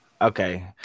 Okay